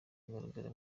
kugaragara